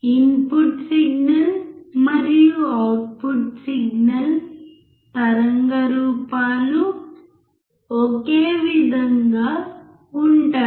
input signal మరియు output signal తరంగ రూపాలు ఒకే విధంగా ఉంటాయి